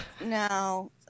no